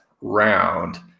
round